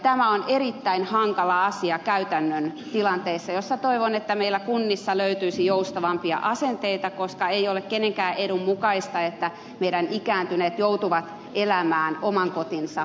tämä on erittäin hankala asia käytännön tilanteissa joissa toivon että meillä kunnissa löytyisi joustavampia asenteita koska ei ole kenenkään edun mukaista että meidän ikääntyneet joutuvat elämään oman kotinsa vankeina